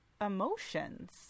emotions